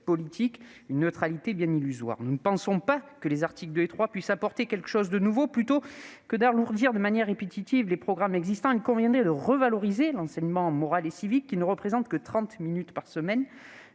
» qui est bien illusoire. Nous ne pensons pas que les articles 2 et 3 de cette proposition de loi puissent apporter quelque chose de nouveau. Plutôt que d'alourdir de manière répétitive les programmes existants, il conviendrait de revaloriser l'enseignement moral et civique qui ne représente que trente minutes par semaine.